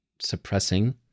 suppressing